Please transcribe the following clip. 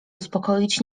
uspokoić